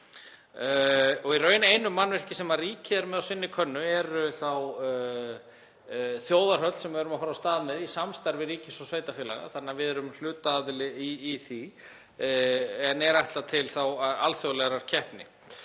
Í raun eina mannvirkið sem ríkið er með á sinni könnu er þá þjóðarhöll sem við erum að fara af stað með í samstarfi ríkis og sveitarfélaga þannig að við erum hlutaaðili í því, mannvirki sem er ætlað til alþjóðlegrar keppni.